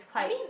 maybe